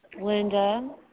Linda